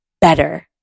better